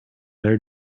their